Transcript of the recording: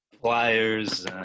pliers